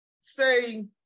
say